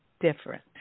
different